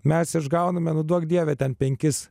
mes išgauname neduok dieve ten penkis